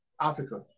Africa